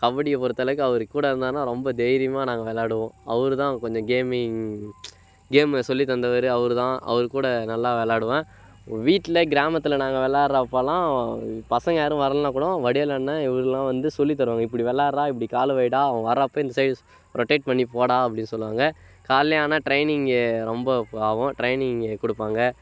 கபடியை பொறுத்த அளவுக்கு அவரு கூட இருந்தாருனா ரொம்ப தைரியமா நாங்கள் விளாடுவோம் அவரு தான் கொஞ்சம் கேமிங் கேமை சொல்லித்தந்தவர் அவர் தான் அவர் கூட நல்லா விளாடுவேன் வீட்டில் கிராமத்தில் நாங்கள் விளாட்றப்பெல்லாம் பசங்கள் யாரும் வரலைனா கூடும் வடிவேல் அண்ணன் எங்களுக்கெல்லாம் வந்து சொல்லித்தருவாங்க இப்படி விளாட்றா இப்படி காலை வைடா அவன் வர்றப்ப இந்த சைடு ரொட்டேட் பண்ணி போடா அப்படின்னு சொல்வாங்க காலையில் ஆனால் ட்ரைனிங்கு ரொம்ப ஆகும் ட்ரைனிங்கு கொடுப்பாங்க